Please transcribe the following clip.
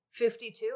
52